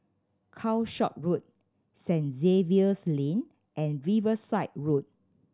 Calshot Road St Xavier's Lane and Riverside Road